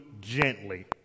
gently